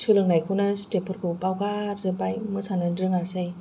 सोलोंनाय स्टेपफोरखौनो बावगारजोबबाय मोसानो रोङासै